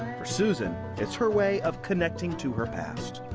for susan, it's her way of connecting to her past.